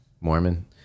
Mormon